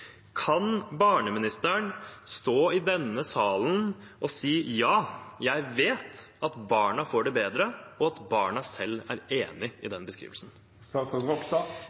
Kan barneministeren stå i denne salen og si: Ja, jeg vet at barna får det bedre, og at barna selv er enig i den